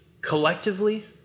collectively